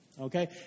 Okay